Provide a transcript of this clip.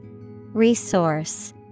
Resource